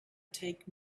take